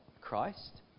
Christ